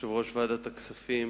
יושב-ראש ועדת הכספים,